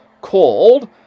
called